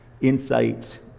insight